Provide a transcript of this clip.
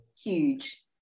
huge